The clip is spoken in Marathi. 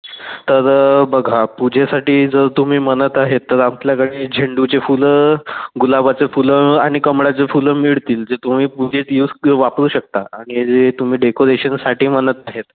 तर बघा पूजेसाठी जर तुम्ही म्हणत आहे तर आपल्याकडे झेंडूची फुलं गुलाबाचे फुलं आणि कमळाचे फुलं मिळतील जे तुम्ही पूजेत यूज वापरू शकता आणि जे तुम्ही डेकोरेशनसाठी म्हणत आहेत